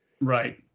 Right